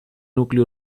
núcleo